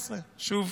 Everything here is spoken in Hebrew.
14. שוב,